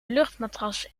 luchtmatras